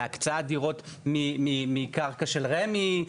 להקצאה של דירות מקרקע של רמ"י,